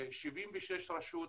ל-76 רשויות,